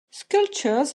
sculptures